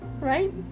right